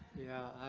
yeah,